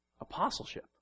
apostleship